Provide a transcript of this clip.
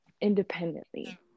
independently